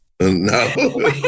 No